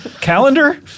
Calendar